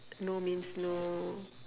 no means no